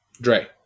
Dre